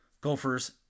Gophers